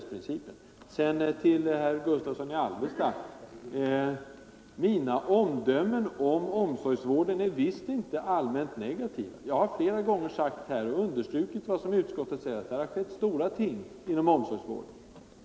Sedan, till herr Gustavsson i Alvesta: Mina omdömen om omsorgsvården är visst inte allmänt negativa. Jag har flera gånger här understrukit vad utskottet anfört och sagt att det har skett stora ting inom omsorgsvården.